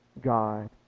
God